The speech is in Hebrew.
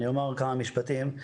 אני אומר כמה משפטים.